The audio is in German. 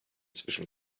zwischen